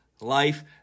Life